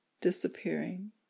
disappearing